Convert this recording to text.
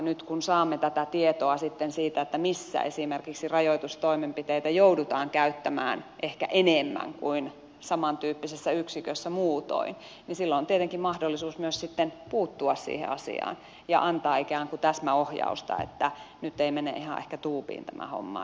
nyt kun saamme tätä tietoa sitten siitä missä esimerkiksi rajoitustoimenpiteitä joudutaan käyttämään ehkä enemmän kuin samantyyppisessä yksikössä muutoin niin silloin tietenkin on mahdollisuus myös sitten puuttua siihen asiaan ja antaa ikään kuin täsmäohjausta että nyt ei mene ihan ehkä tuubiin tämä homma